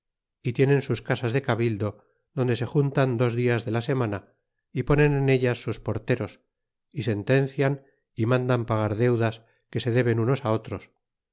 y tienen sus casas de cabildo donde se juntan dos dias de la semana y ponen en ellas sus porteros y sentencian y mandan pagar deudas que se deben unos otros